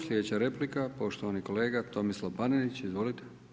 Slijedeća replika poštovani kolega Tomislav Panenić, izvolite.